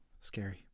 scary